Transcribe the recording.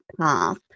path